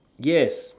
yes